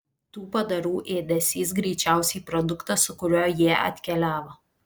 tų padarų ėdesys greičiausiai produktas su kuriuo jie atkeliavo